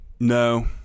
No